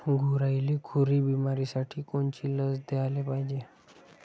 गुरांइले खुरी बिमारीसाठी कोनची लस द्याले पायजे?